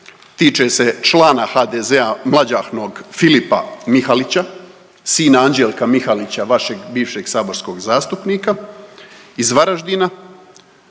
tiče se člana HDZ-a mlađahnog Filipa Mihalića, sina Anđelka Mihalića vašeg bivšeg saborskog zastupnika iz Varaždina